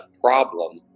problem